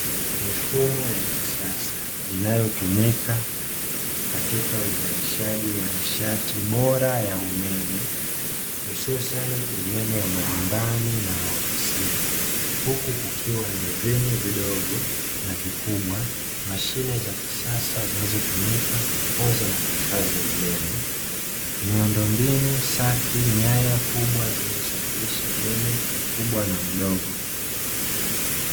Mfumo ya kisasa inayotumika katika uzalishaji wa nishati bora ya umeme, hususan umeme wa majumbani na maofisini. Huku kukiwa na venu vidogo na vikubwa, mashine za kisasa zinazotumika kupoza na kuhifadhi umeme, ukiwa kubwa na ndogo. Miundombinu safi, nyaya kubwa zinazosafirisha umeme kubwa na ndogo."